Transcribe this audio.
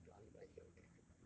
bloody bloody hate organic chem